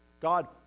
God